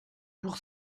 pour